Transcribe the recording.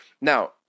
Now